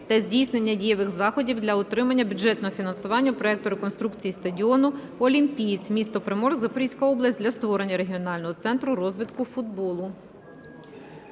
та здійснення дієвих заходів для отримання бюджетного фінансування проекту реконструкції стадіону "Олімпієць" (місто Приморськ, Запорізька область) для створення регіонального центру розвитку футболу.